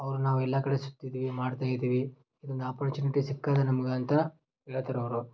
ಅವ್ರು ನಾವು ಎಲ್ಲ ಕಡೆ ಸುತ್ತಿದೀವಿ ಮಾಡ್ತಾ ಇದೀವಿ ಇದೊಂದು ಆಪರ್ಚುನಿಟಿ ಸಿಕ್ಕಿದೆ ನಮ್ಗೆ ಅಂತ ಹೇಳ್ತರ್ ಅವರು